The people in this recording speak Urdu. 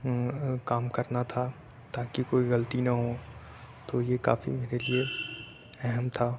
کام کرنا تھا تاکہ کوئی غلطی نہ ہو تو یہ کافی میرے لیے اہم تھا